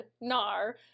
nar